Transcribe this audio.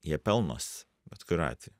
jie pelnos bet kuriuo atveju